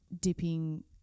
dipping